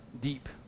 deep